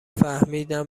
فهمیدم